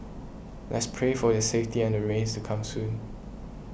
let's pray for their safety and the rains to come soon